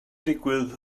digwydd